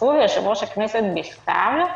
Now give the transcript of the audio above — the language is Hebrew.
מסרו ליושב ראש הכנסת, בכתב,